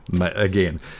Again